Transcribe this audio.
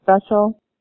special